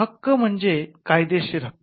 हक्क म्हणजे कायदेशीर हक्क